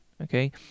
okay